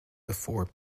before